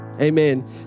Amen